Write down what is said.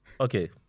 Okay